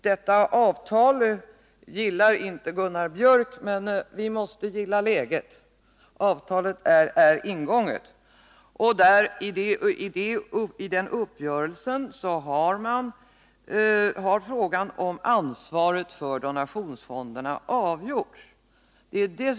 Detta avtal gillar inte Gunnar Biörck, men vi måste acceptera läget — avtalet är ingånget. I den uppgörelsen har frågan om ansvaret för donationsfonderna avgjorts.